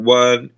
one